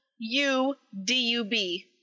U-D-U-B